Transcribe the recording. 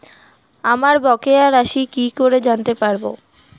আমার বকেয়া রাশি কি করে জানতে পারবো?